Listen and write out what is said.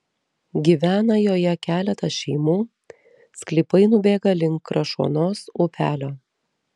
gyvena joje keletas šeimų sklypai nubėga link krašuonos upelio